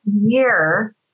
year